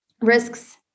risks